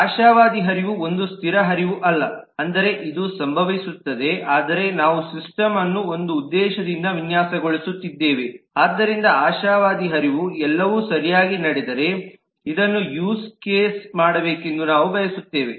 ಆಶಾವಾದಿ ಹರಿವು ಒಂದು ಸ್ಥಿರ ಹರಿವು ಅಲ್ಲ ಅಂದರೆ ಇದು ಸಂಭವಿಸುತ್ತದೆ ಆದರೆ ನಾವು ಸಿಸ್ಟಮ ಅನ್ನು ಒಂದು ಉದ್ದೇಶದಿಂದ ವಿನ್ಯಾಸಗೊಳಿಸುತ್ತಿದ್ದೇವೆ ಆದ್ದರಿಂದ ಆಶಾವಾದಿ ಹರಿವು ಎಲ್ಲವೂ ಸರಿಯಾಗಿ ನಡೆದರೆ ಇದನ್ನು ಯೂಸ್ ಕೇಸ ಮಾಡಬೇಕೆಂದು ನಾವು ಬಯಸುತ್ತೇವೆ